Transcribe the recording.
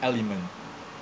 element